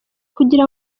kugira